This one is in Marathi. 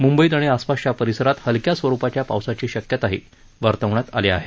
मुंबईत आणि आसापासच्या परिसरात हलक्या स्वरुपाच्या पावसाची शक्यताही वर्तवण्यात आली आहे